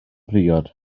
briod